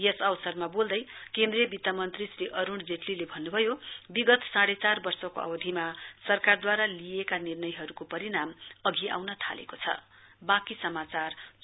यस अवसरमा वोल्दै केन्द्रीय वित्त मन्त्री श्री अरुण जेटलीले भन्नुभयो विगत साढ्ने चार वर्षको अवधिमा सरकारद्वारा लिइएका विर्णयहरुको परिणाम अघि आउन थालेको छ